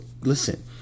listen